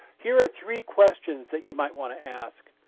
here are three questions that you might want to ask.